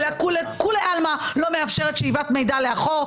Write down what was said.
שלכולי עלמא לא מאפשרת שאיבת מידע לאחור,